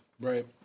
Right